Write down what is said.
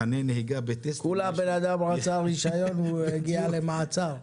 כולה בנאדם רצה רישיון והוא הגיע למעצר.